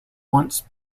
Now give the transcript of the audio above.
once